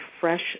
fresh